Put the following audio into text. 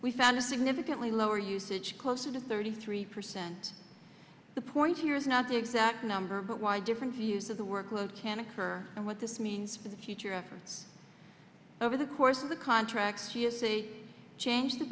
we found a significantly lower usage closer to thirty three percent the point here is not the exact number but why different views of the workload can occur and what this means for the future reference over the course of the contract she has a change the